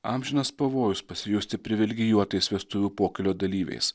amžinas pavojus pasijusti privilegijuotais vestuvių pokylio dalyviais